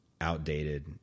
outdated